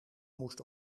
moest